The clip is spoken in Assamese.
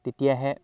তেতিয়াহে